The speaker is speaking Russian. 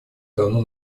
давно